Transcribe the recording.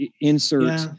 insert